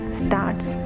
starts